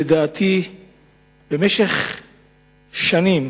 לדעתי במשך שנים,